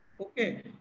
okay